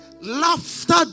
Laughter